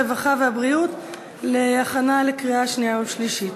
הרווחה והבריאות להכנה לקריאה שנייה ושלישית.